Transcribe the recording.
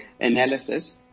analysis